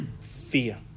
fear